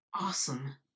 awesome